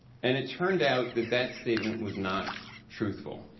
and it turned out that that statement was not truthful.